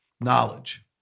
knowledge